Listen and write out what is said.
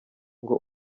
ngo